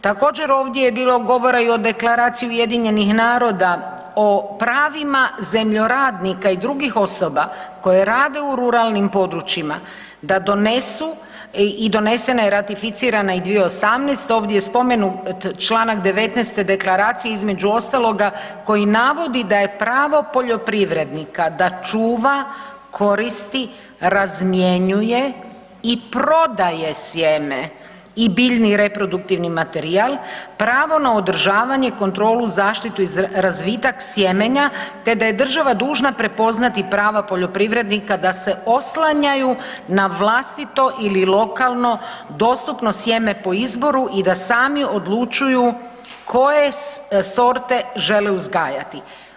Također ovdje je bilo govora i Deklaraciji UN-a o pravima zemljoradnika i drugih osoba koje rade u ruralnim područjima da donesu i donesena je i ratificirana je 2018., ovdje spomenut čl. 19. deklaracije, između ostaloga koji navodi da je pravo poljoprivrednika da čuva, koristi, razmjenjuje i prodaje sjeme i biljni reproduktivni materijal, pravo na održavanje, kontrolu, zaštitu i razvitak sjemenja te da je država dužna prepoznati prava poljoprivrednika da se oslanjaju na vlastito ili lokalno dostupno sjeme po izboru i da sami odlučuju koje sorte žele uzgajati.